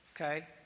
Okay